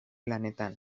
lanetan